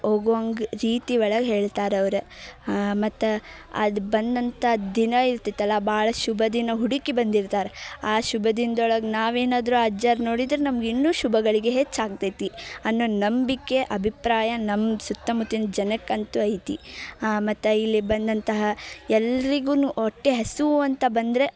ಹೋಗುವಂಗ್ ರೀತಿ ಒಳಗೆ ಹೇಳ್ತಾರವ್ರು ಮತ್ತು ಅದು ಬಂದಂಥ ದಿನ ಇರ್ತೈತಲ್ಲ ಭಾಳ ಶುಭದಿನ ಹುಡುಕಿ ಬಂದಿರ್ತಾರೆ ಆ ಶುಭದಿನ್ದೊಳಗೆ ನಾವೇನಾದರೂ ಅಜ್ಜಾರ್ನ ನೋಡಿದ್ರೆ ನಮ್ಗೆ ಇನ್ನೂ ಶುಭಗಳಿಗೆ ಹೆಚ್ಚಾಗ್ತೈತಿ ಅನ್ನೋ ನಂಬಿಕೆ ಅಭಿಪ್ರಾಯ ನಮ್ಮ ಸುತ್ತಮುತ್ತಿನ ಜನಕ್ಕಂತೂ ಐತಿ ಮತ್ತ ಇಲ್ಲಿ ಬಂದಂತಹ ಎಲ್ರಿಗೂ ಹೊಟ್ಟೆ ಹಸಿವು ಅಂತ ಬಂದರೆ